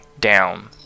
down